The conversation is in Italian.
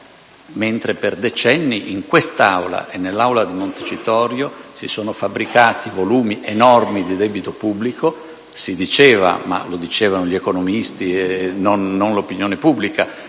mentre per decenni in quest'Aula e in quella di Montecitorio si sono fabbricati volumi enormi di debito pubblico, che si diceva (gli economisti, non l'opinione pubblica)